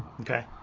Okay